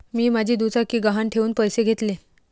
मी माझी दुचाकी गहाण ठेवून पैसे घेतले